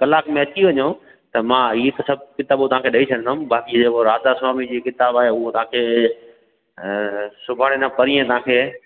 कलाक में अची वञो त मां हीअ त सभु किताबूं तव्हांखे ॾई छॾदुमि बाक़ी इहो जेको राधा स्वामी जी किताब आहे हूअ तव्हांखे सुबाणे न पणीह तव्हांखे